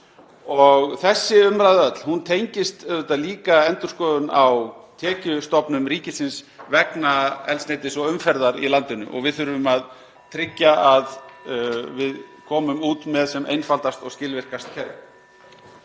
um. Þessi umræða öll tengist auðvitað líka endurskoðun á tekjustofnum ríkisins vegna eldsneytis og umferðar í landinu og við þurfum að tryggja að við komum út með sem einfaldast og skilvirkast kerfi.